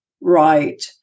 Right